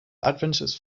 adventures